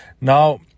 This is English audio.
Now